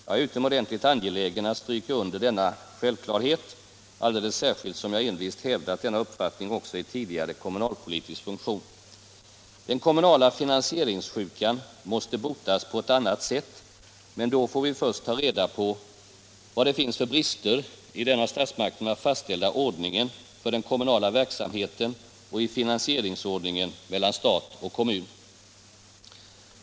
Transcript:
Jag är utomordentligt angelägen om att stryka under denna självklarhet, alldeles särskilt som jag envist hävdat denna uppfattning också i tidigare kommunalpolitisk funktion. Den kommunala finansieringssjukan måste botas på ett annat sätt. Men då får vi först ta reda på vad det finns för brister i den av statsmakterna fastställda ordningen för den kommunala verksamheten och i finansieringsordningen mellan stat och kommun.